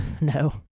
No